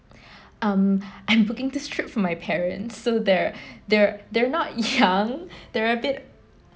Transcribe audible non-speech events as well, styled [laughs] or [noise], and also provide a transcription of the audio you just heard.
[breath] um I'm putting this trip for my parents so they're [breath] they're they're not young [laughs] they're a bit